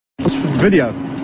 Video